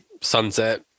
sunset